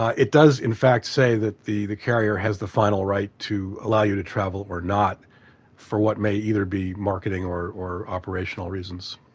it does, in fact, say that the the carrier has the final right to allow you to travel or not for what may either be marketing or or operational reasons